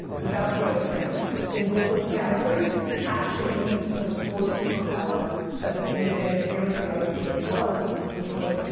without jokes now in both those categories actually leads to the core super power that the dna in parenting i was given was which was,